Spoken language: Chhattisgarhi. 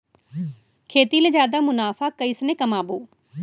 खेती ले जादा मुनाफा कइसने कमाबो?